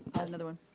had another one.